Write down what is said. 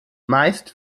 meist